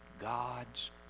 God's